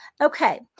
Okay